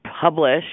published